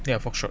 ya for short